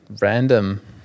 random